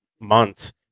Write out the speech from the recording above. months